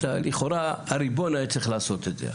לכאורה הריבון היה צריך לעשות את זה,